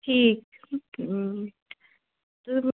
ٹھیٖک تہٕ